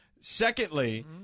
Secondly